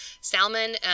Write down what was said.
Salmon